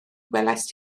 welaist